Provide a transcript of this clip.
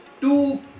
two